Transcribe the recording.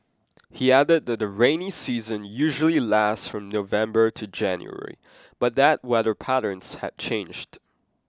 he added that the rainy season usually lasts from November to January but that weather patterns had changed